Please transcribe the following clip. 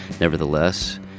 Nevertheless